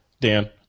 dan